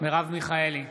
מרב מיכאלי,